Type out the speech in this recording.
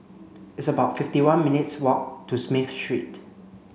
it's about fifty one minutes' walk to Smith Street